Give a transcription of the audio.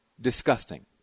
Disgusting